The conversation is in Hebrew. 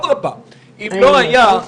אם לא היה,